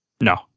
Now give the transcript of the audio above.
No